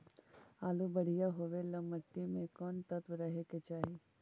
आलु बढ़िया होबे ल मट्टी में कोन तत्त्व रहे के चाही?